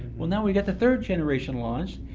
well, now we've got the third generation launched,